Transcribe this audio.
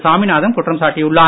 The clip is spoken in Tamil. சாமிநாதன் குற்றம் சாட்டியுள்ளார்